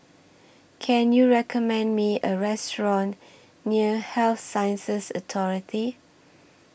Can YOU recommend Me A Restaurant near Health Sciences Authority